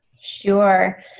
Sure